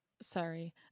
Sorry